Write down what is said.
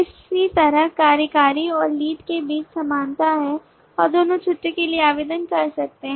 इसी तरह कार्यकारी और लीड के बीच समानता है और दोनों छुट्टी के लिए आवेदन कर सकते हैं